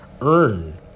earn